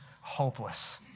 hopeless